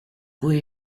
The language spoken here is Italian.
cui